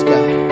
God